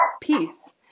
peace